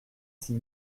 six